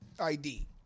ID